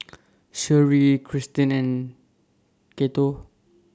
Sherree Krysten and Cato